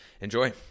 Enjoy